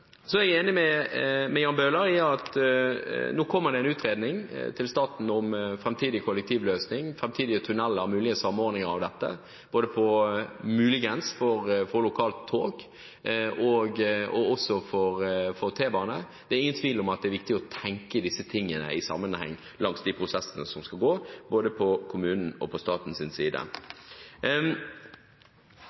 Jeg enig med Jan Bøhler – nå kommer det en utredning til staten om framtidig kollektivløsning, framtidige tunneler og mulig samordning av dette, muligens for lokalt tog og også for T-bane, og det er ingen tvil om at det er viktig både for kommunen og staten å se på disse tingene i sammenheng i denne prosessen. Det siste som